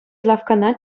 лавккана